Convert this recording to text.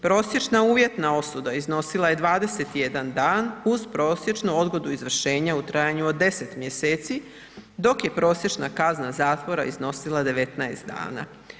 Prosječna uvjetna osuda iznosila je 21 dan uz prosječnu odgodu izvršenja u trajanju od 10 mjeseci, dok je prosječna kazna zatvora iznosila 19 dana.